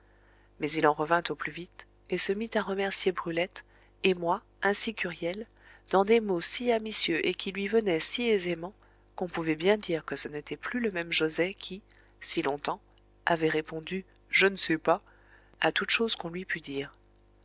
mais il en revint au plus vite et se mit à remercier brulette et moi ainsi qu'huriel dans des mots si amitieux et qui lui venaient si aisément qu'on pouvait bien dire que ce n'était plus le même joset qui si longtemps avait répondu je ne sais pas à toute chose qu'on lui pût dire